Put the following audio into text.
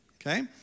Okay